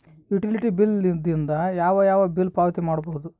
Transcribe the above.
Utility bill ದಿಂದ ಯಾವ ಯಾವ ಬಿಲ್ ಪಾವತಿ ಮಾಡಬಹುದು?